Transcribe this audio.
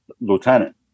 lieutenant